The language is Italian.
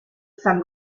san